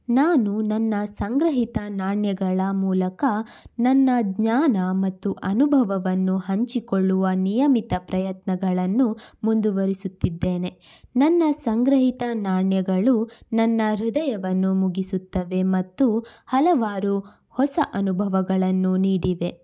ನಾನು ನನ್ನ ಸಂಗ್ರಹಿತ ನಾಣ್ಯಗಳ ಮೂಲಕ ನನ್ನ ಜ್ಞಾನ ಮತ್ತು ಅನುಭವವನ್ನು ಹಂಚಿಕೊಳ್ಳುವ ನಿಯಮಿತ ಪ್ರಯತ್ನಗಳನ್ನು ಮುಂದುವರಿಸುತ್ತಿದ್ದೇನೆ ನನ್ನ ಸಂಗ್ರಹಿತ ನಾಣ್ಯಗಳು ನನ್ನ ಹೃದಯವನ್ನು ಮುಗಿಸುತ್ತವೆ ಮತ್ತು ಹಲವಾರು ಹೊಸ ಅನುಭವಗಳನ್ನು ನೀಡಿವೆ